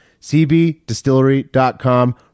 CBDistillery.com